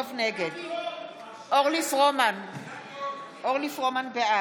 אינו נוכח רפי פרץ, אינו נוכח אורית פרקש הכהן,